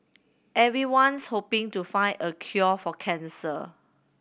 everyone's hoping to find a cure for cancer